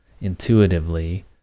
intuitively